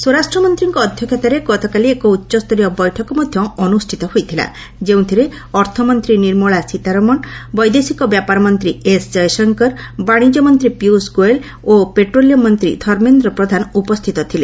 ସ୍ୱରାଷ୍ଟ୍ର ମନ୍ତ୍ରୀଙ୍କ ଅଧ୍ୟକ୍ଷତାରେ ଗତକାଲି ଏକ ଉଚ୍ଚସ୍ତରୀୟ ବୈଠକ ମଧ୍ୟ ଅନୁଷ୍ଠିତ ହୋଇଥିଲା ଯେଉଁଥିରେ ଅର୍ଥମନ୍ତ୍ରୀ ନିର୍ମଳା ସୀତାରମଣ ବୈଦେଶିକ ବ୍ୟାପାର ମନ୍ତ୍ରୀ ଏସ୍ ଜୟଶଙ୍କର ବାଣିଜ୍ୟ ମନ୍ତ୍ରୀ ପୀୟୁଷ ଗୋୟଲ୍ ଓ ପେଟ୍ରୋଲିୟମ୍ ମନ୍ତ୍ରୀ ଧର୍ମେନ୍ଦ୍ର ପ୍ରଧାନ ଉପସ୍ଥିତ ଥିଲେ